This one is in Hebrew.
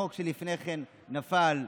החוק שלפני כן נפל,